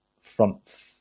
front